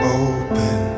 open